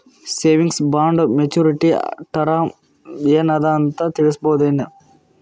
Savings bond maturity term ಏನ ಅದ ಅಂತ ತಿಳಸಬಹುದೇನು?